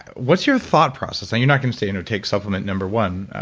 what's your thought process? and you're not going to say, you know take supplement number one,